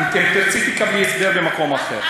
אז, אם תרצי, תקבלי הסבר במקום אחר.